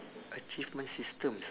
achievement systems